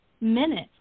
minutes